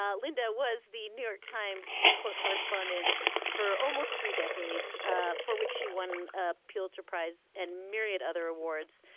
ah linda was the new york times supreme court correspondent for almost three decades ah for which she won a pulitzer prize and myriad other awards.